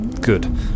Good